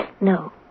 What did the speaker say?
No